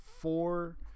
four